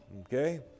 Okay